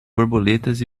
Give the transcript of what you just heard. borboletas